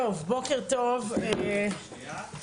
בוקר טוב לכולם,